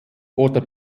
oder